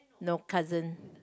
no cousin